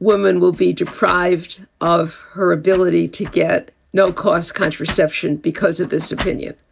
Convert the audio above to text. woman will be deprived of her ability to get no cost contraception because of this opinion.